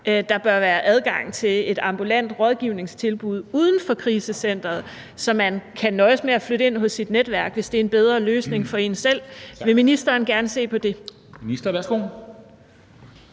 Der bør være adgang til et ambulant rådgivningstilbud uden for krisecenteret, så man kan nøjes med at flytte ind hos sit netværk, hvis det er en bedre løsning for en selv. Vil ministeren gerne se på det?